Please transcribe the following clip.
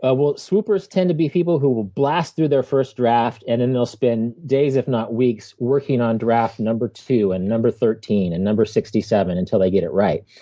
ah swoopers tend to be people who will blast through their first draft, and then they'll spend days if not weeks working on draft number two, and number thirteen, and number sixty seven, until they get it right.